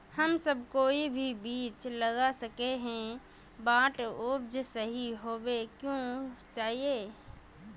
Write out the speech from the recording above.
हम सब कोई भी बीज लगा सके ही है बट उपज सही होबे क्याँ चाहिए?